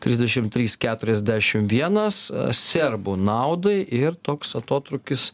trisdešim trys keturiasdešim vienas serbų naudai ir toks atotrūkis